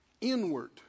inward